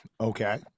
okay